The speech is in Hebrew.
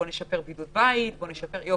"בוא נשפר בידוד בית" וכו',